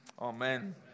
amen